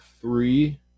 three